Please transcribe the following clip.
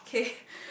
kay